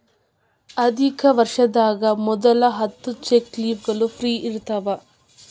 ಆರ್ಥಿಕ ವರ್ಷದಾಗ ಮೊದಲ ಹತ್ತ ಚೆಕ್ ಲೇಫ್ಗಳು ಫ್ರೇ ಇರ್ತಾವ